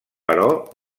però